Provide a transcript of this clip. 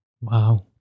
Wow